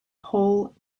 whole